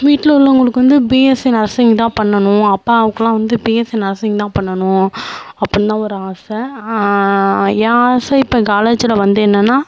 வீட்டில உள்ளவங்களுக்கு வந்து பிஎஸ்சி நர்சிங் தான் பண்ணணும் அப்பாவுக்கெலாம் வந்து பிஎஸ்சி நர்சிங் தான் பண்ணணும் அப்பட்னுதான் ஒரு ஆசை என் ஆசை இப்போ காலேஜில் வந்து என்னென்னா